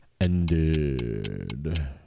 ended